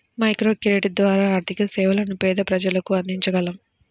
microcredit ద్వారా ఆర్థిక సేవలను పేద ప్రజలకు అందించగలం